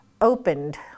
opened